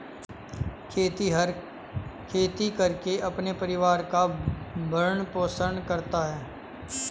खेतिहर खेती करके अपने परिवार का भरण पोषण करता है